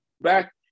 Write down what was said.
back